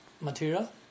material